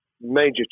major